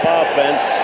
offense